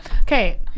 Okay